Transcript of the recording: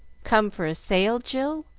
come for a sail, jill?